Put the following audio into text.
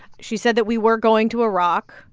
she said that we were going to iraq.